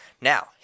Now